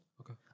Okay